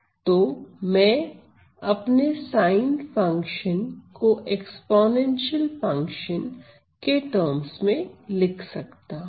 तो मैं अपने साइन फंक्शन को एक्स्पोनेंशियल फंक्शन के टर्म्स में लिख सकता हूं